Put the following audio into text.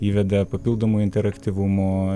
įveda papildomo interaktyvumo